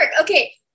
Okay